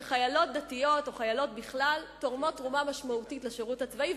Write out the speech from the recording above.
שחיילות דתיות או חיילות בכלל תורמות תרומה משמעותית לשירות הצבאי.